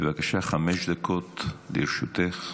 בבקשה, חמש דקות לרשותך.